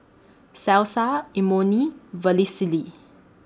Salsa Imoni and Vermicelli